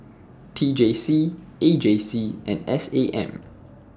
T J C A J C and S A M